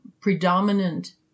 predominant